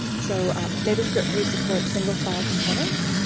so nativescript-vue supports single file components,